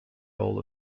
role